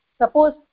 Suppose